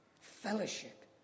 fellowship